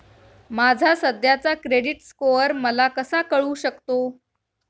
माझा सध्याचा credit score मला कसा कळू शकतो?